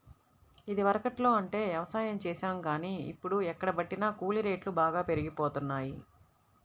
ఇదివరకట్లో అంటే యవసాయం చేశాం గానీ, ఇప్పుడు ఎక్కడబట్టినా కూలీ రేట్లు బాగా పెరిగిపోతన్నయ్